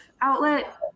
outlet